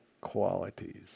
qualities